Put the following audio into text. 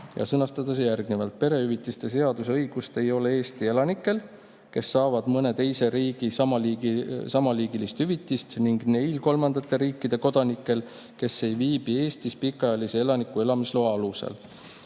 ja sõnastada see järgmiselt: "Perehüvitise saamise õigust ei ole Eesti elanikel, kes saavad mõne teise riigi samaliigilist hüvitist, ning neil kolmandate riikide kodanikel, kes ei viibi Eestis pikaajalise elaniku elamisloa alusel."